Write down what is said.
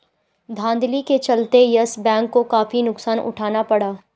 धांधली के चलते यस बैंक को काफी नुकसान उठाना पड़ा